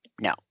No